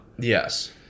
yes